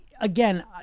again